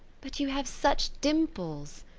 but you have such dimples,